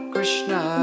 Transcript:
Krishna